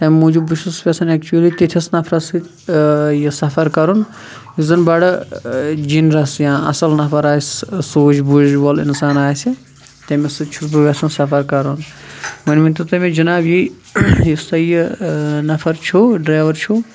تمہ موٗجُوب بہٕ چھُس یژھان ایٚکچُلی تِتھِس نَفرَس سۭتۍ یہِ سَفَر کَرُن یُس زَن بَڑٕ جِنرَس یا اَصل نَفَر آسہِ سوج بوٗج وول اِنسان آسہِ تٔمس سۭتۍ چھُس بہٕ یژھان سَفَر کَرُن وۄنۍ ؤنتَو تُہۍ مےٚ جِناب یِی یُس توہہِ یہِ نَفَر چھو ڈرَیوَر چھو